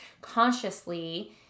consciously